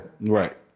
right